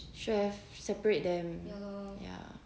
should have separate them